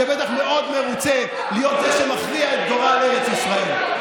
שבטח מאוד מרוצה להיות זה שמכריע את גורל ארץ ישראל.